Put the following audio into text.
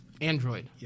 Android